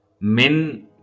men